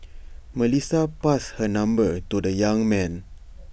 Melissa passed her number to the young man